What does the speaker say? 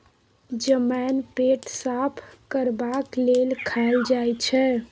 जमैन पेट साफ करबाक लेल खाएल जाई छै